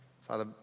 Father